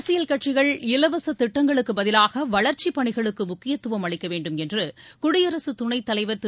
அரசியல் கட்சிகள் இலவசத் திட்டங்களுக்கு பதிலாக வளர்ச்சிப் பணிகளுக்கு முக்கியத்துவம் அளிக்க வேண்டுமென்று குடியரசு துணைத்தலைவர் திரு